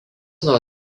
nuo